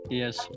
yes